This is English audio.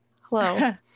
Hello